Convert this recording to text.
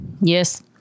Yes